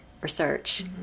research